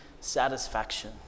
satisfaction